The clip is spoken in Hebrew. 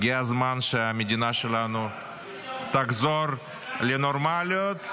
הגיע הזמן שהמדינה שלנו תחזור לנורמליות,